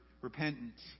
repentance